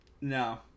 No